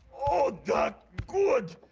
that good.